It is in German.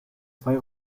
zwei